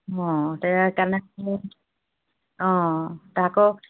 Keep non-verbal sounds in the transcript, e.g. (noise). অ (unintelligible) অ আকৌ